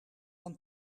aan